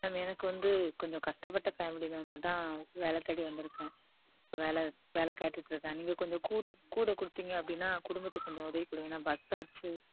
ma'am எனக்கு வந்து கொஞ்சம் கஷ்டபட்ட ஃபேம்லி மேம் அதான் வேலை தேடி வந்திருக்கேன் வேலை வேலை கேட்டுட்டுருக்கறேன் நீங்கள் கொஞ்சம் கூட கூட கொடுத்தீங்க அப்படின்னா குடும்பத்துக்கு கொஞ்சம் உதவிப்படும் ஏன்னா பஸ் சார்ஜு